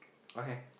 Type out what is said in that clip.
okay